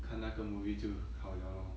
看那个 movie 就好 liao lor